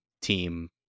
team